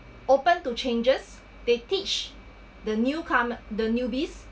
open to changes they teach the new come~ the newbies